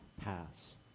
pass